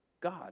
God